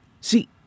See